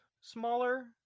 smaller